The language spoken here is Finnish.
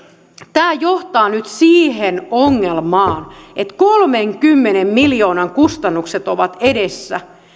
tämä johtaa nyt siihen ongelmaan että kolmenkymmenen miljoonan kustannukset ovat edessä